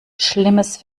schlimmes